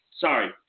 sorry